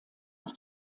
aus